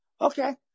okay